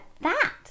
that